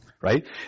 right